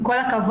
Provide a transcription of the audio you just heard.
עם כל הכבוד,